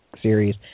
series